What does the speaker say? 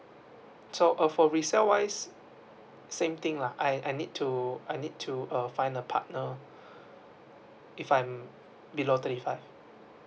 so uh for resell wise same thing lah I I need to I need to find a partner if I'm below thirty five